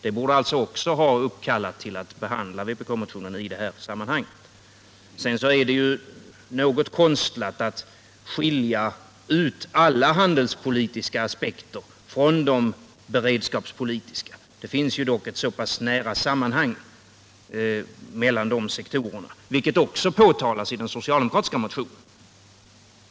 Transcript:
Det borde alltså också ha uppkallat utskottet till att behandla vpk-motionen i detta sammanhang. Det är en aning konstlat att skilja ut alla handelspolitiska aspekter från de beredskapspolitiska. Det finns dock ett nära samband mellan dessa sektorer, vilket också påtalas i den socialdemokratiska motionen.